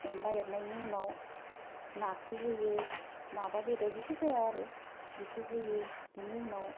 अनला एरनायनि उनाव नाखो होयो ना बा बेदर जिखि जाया आरो बिखो होयो बिनि उनाव